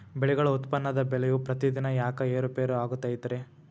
ಬೆಳೆಗಳ ಉತ್ಪನ್ನದ ಬೆಲೆಯು ಪ್ರತಿದಿನ ಯಾಕ ಏರು ಪೇರು ಆಗುತ್ತೈತರೇ?